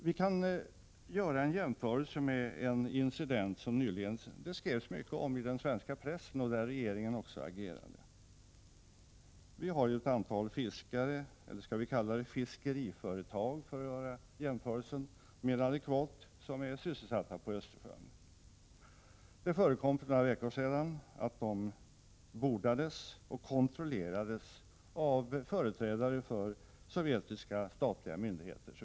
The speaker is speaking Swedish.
Vi kan göra en jämförelse med en incident som det nyligen skrevs mycket om i den svenska pressen och där också regeringen agerade. Vi har ett antal fiskare — eller skall vi kalla dem fiskeriföretag för att göra jämförelsen mer adekvat — som är sysselsatta på Östersjön. För några veckor sedan bordades de och kontrollerades av företrädare för sovjetiska statliga myndigheter.